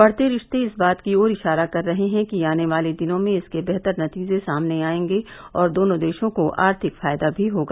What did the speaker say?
बढ़ते रिश्ते इस बात की ओर इशारा कर रहे हैं कि आने वाले दिनों में इसके बेहतर नतीजे सामने आएंगे और दोनों देशों को आर्थिक फायदा भी होगा